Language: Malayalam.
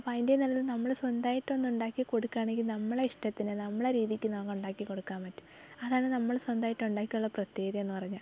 അപ്പോൾ അതിന്റെ നല്ലത് നമ്മൾ സ്വന്തമായിട്ടൊന്ന് ഉണ്ടാക്കി കൊടുക്കുകയാണെങ്കിൽ നമ്മളെ ഇഷ്ടത്തിന് നമ്മളെ രീതിക്ക് നമുക്ക് ഉണ്ടാക്കി കൊടുക്കാൻ പറ്റും അതാണ് നമ്മൾ സ്വന്തമായിട്ട് ഉണ്ടാക്കിയാലുള്ള പ്രത്യേകതയെന്ന് പറഞ്ഞാൽ